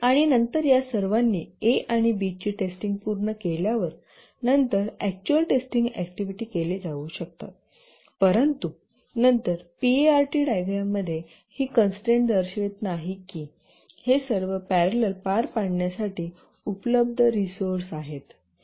आणि नंतर या सर्वांनी ए आणि बीची टेस्टिंग पूर्ण केल्यावरनंतर अक्चुअल टेस्टिंग ऍक्टिव्हिटी केले जाऊ शकतात परंतु नंतर पीईआरटी डायग्रॅममध्ये ही कन्स्ट्रेन्ट दर्शवित नाही की हे सर्व प्यारेलल पार पाडण्यासाठी उपलब्ध रिसोर्स आहेत